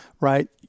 right